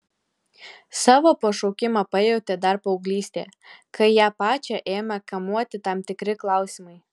savo pašaukimą pajautė dar paauglystėje kai ją pačią ėmė kamuoti tam tikri klausimai